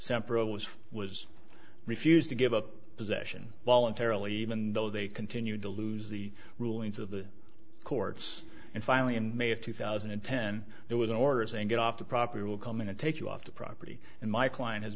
separate was was refused to give up possession voluntarily even though they continued to lose the rulings of the courts and finally in may of two thousand and ten there was an order saying get off the property will come in and take you off the property and my client has